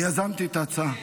אני יזמתי את ההצעה.